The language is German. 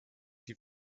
die